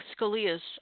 Scalia's